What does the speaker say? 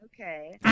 okay